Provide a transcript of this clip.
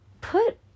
put